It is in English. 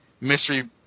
mystery